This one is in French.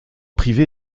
privée